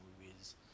movies